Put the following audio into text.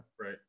Right